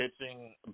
pitching